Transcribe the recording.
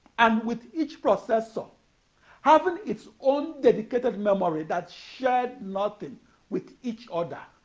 and with each processor having its own dedicated memory that shared nothing with each other.